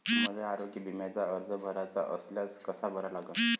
मले आरोग्य बिम्याचा अर्ज भराचा असल्यास कसा भरा लागन?